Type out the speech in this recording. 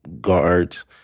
guards